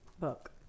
book